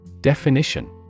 Definition